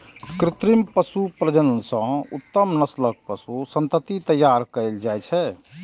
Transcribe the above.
कृत्रिम पशु प्रजनन सं उत्तम नस्लक पशु संतति तैयार कएल जाइ छै